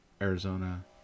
Arizona